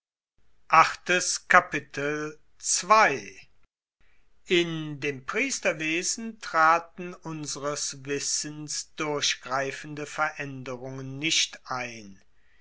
in dem priesterwesen traten unseres wissens durchgreifende veraenderungen nicht ein